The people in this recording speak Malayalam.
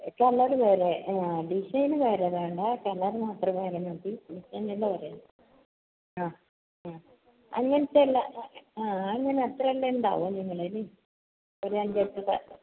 കളറ് വേറെ ഡിസൈന് വേറെ വേണ്ട കളർ മാത്രം വേറെ മതി ഡിസൈൻ എല്ലാം ഒരെ അങ്ങനത്തെ അല്ല അങ്ങനത്തെ എത്ര എണ്ണം ഉണ്ടാകും നിങ്ങളുടെ കയ്യിൽ ഒരു അഞ്ചെട്ട് സാരി